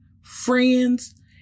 friends